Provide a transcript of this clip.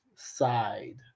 side